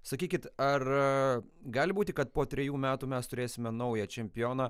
sakykit ar gali būti kad po trejų metų mes turėsime naują čempioną